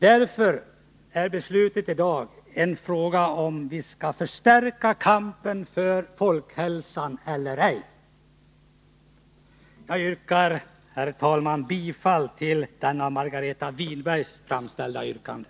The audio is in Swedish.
Därför visar dagens beslut om vi skall förstärka kampen för folkhälsan eller ej. Herr talman! Jag yrkar bifall till det av Margareta Winberg framställda särskilda yrkandet.